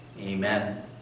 Amen